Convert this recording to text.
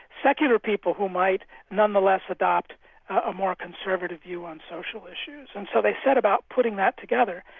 secular people who might nonetheless adopt a more conservative view on social issues. and so they set about putting that together.